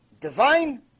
divine